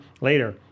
later